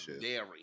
Dairy